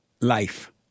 life